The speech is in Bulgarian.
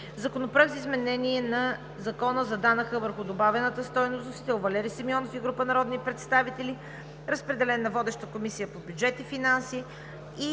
Законопроект за изменение на Закона за данък върху добавената стойност. Вносители: Валери Симеонов и група народни представители. Разпределен е на водещата Комисия по бюджет и финанси,